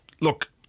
look